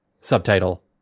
subtitle